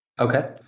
Okay